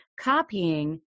copying